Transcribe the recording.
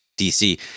DC